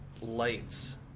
lights